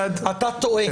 אתה טועה.